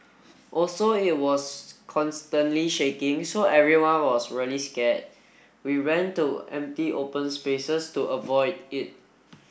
also it was constantly shaking so everyone was really scared we ran to empty open spaces to avoid it